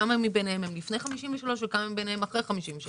כמה מהם לפני 53' וכמה מהם אחרי 53'?